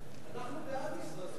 אנחנו בעד משרד הבריאות.